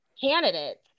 candidates